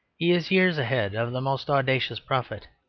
he is years ahead of the most audacious prophet.